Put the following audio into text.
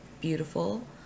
beautiful